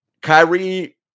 Kyrie